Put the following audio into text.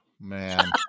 man